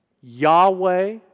Yahweh